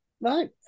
Right